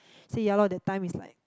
say ya lor that time is like